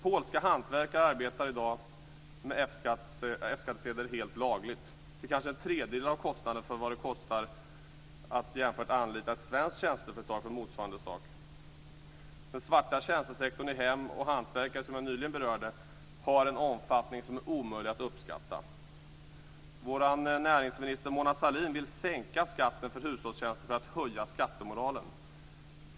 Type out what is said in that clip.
Polska hantverkare arbetar i dag med F skattsedel helt lagligt till kanske tredjedelen av kostnaden jämfört med att anlita ett svenskt tjänsteföretag för motsvarande sak. Den svarta tjänstesektorn i hem, som jag nyss berörde, och vid anlitande av hantverkare har en omfattning som är omöjlig uppskatta. Vår näringsminister Mona Sahlin vill sänka skatten för hushållstjänster för att höja skattemoralen.